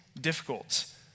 difficult